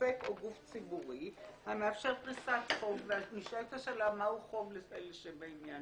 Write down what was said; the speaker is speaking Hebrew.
עוסק או גוף ציבורי המאפשר פריסת חוב נשאת השאלה מהו חוב לשם העניין